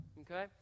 okay